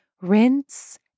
rinse